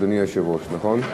אדוני היושב-ראש, נכון?